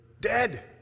Dead